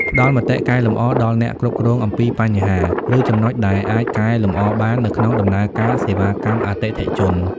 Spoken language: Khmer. ផ្ដល់មតិកែលម្អដល់អ្នកគ្រប់គ្រងអំពីបញ្ហា ឬចំណុចដែលអាចកែលម្អបាននៅក្នុងដំណើរការសេវាកម្មអតិថិជន។